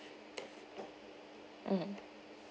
mm